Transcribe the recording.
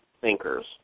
thinkers